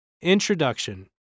Introduction